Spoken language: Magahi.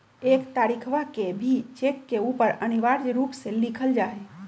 एक तारीखवा के भी चेक के ऊपर अनिवार्य रूप से लिखल जाहई